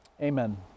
Amen